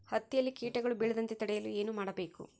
ಹತ್ತಿಯಲ್ಲಿ ಕೇಟಗಳು ಬೇಳದಂತೆ ತಡೆಯಲು ಏನು ಮಾಡಬೇಕು?